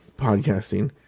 podcasting